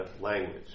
language